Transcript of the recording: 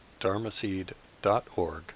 dharmaseed.org